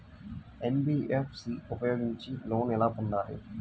NBFC ఉపయోగించి loan ఎలా పొందాలి?